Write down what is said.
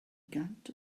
gant